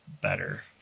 better